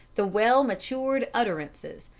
the well-matured utterances,